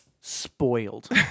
Spoiled